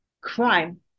crime